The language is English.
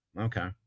Okay